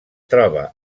troba